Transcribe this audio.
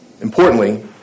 Importantly